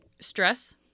Stress